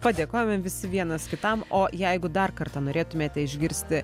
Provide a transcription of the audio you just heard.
padėkojome visi vienas kitam o jeigu dar kartą norėtumėte išgirsti